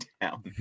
down